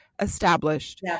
established